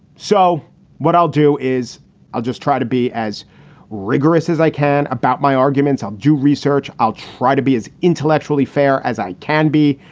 so what i'll do is i'll just try to be as rigorous as i can about my arguments. i'll do research. i'll try to be as intellectually fair as i can be.